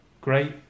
great